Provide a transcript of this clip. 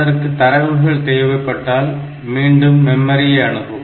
அதற்கு தரவுகள் தேவைப்பட்டால் மீண்டும் மெமரியை அணுகும்